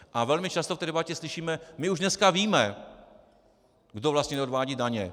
A velmi často v debatě slyšíme: My už dneska víme, kdo vlastně neodvádí daně.